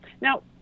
Now